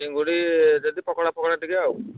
ଚିଙ୍ଗୁଡ଼ି ଯଦି ପକୋଡ଼ା ଫକୋଡ଼ା ଟିକେ ଆଉ